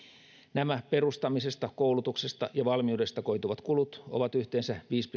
nämä perustamisesta koulutuksesta ja valmiudesta koituvat kulut ovat yhteensä viisi